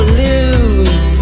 lose